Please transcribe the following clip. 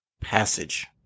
passage